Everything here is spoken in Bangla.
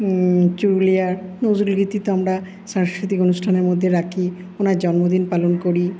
চুরুলিয়ার নজরুল গীতি তো আমরা সাংস্কৃতিক অনুষ্ঠানের মধ্যে রাখি ওনার জন্মদিন পালন করি